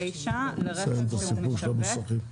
79 לרכב שהוא משווק,